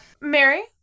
Mary